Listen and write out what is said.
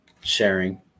sharing